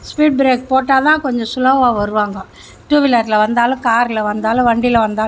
speed break போட்டா தான் கொஞ்சம் ஸ்லோவாக வருவாங்க டூ வீலரில் வந்தாலும் காரில் வந்தாலும் வண்டியில வந்தாலும்